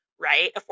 right